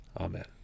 Amen